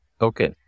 Okay